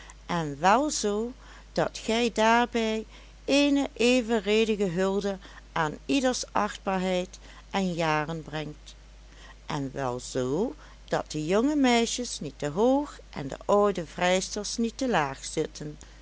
en wel zoo dat gij daarbij eene evenredige hulde aan ieders achtbaarheid en jaren brengt en wel zoo dat de jonge meisjes niet te hoog en de oude vrijsters niet te laag zitten